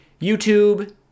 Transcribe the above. YouTube